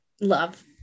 Love